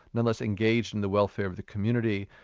nonetheless engaged in the welfare of the community.